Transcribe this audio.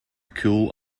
cool